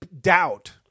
doubt